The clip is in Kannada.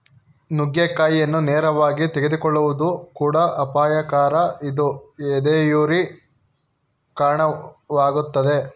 ನುಗ್ಗೆಕಾಯಿಯನ್ನು ನೇರವಾಗಿ ತೆಗೆದುಕೊಳ್ಳುವುದು ಕೂಡ ಅಪಾಯಕರ ಇದು ಎದೆಯುರಿಗೆ ಕಾಣವಾಗ್ತದೆ